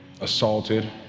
assaulted